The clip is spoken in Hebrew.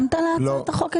לא.